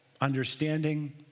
understanding